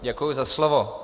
Děkuji za slovo.